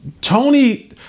Tony